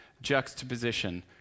juxtaposition